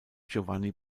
giovanni